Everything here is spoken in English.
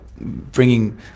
bringing